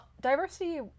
Diversity